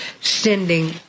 Sending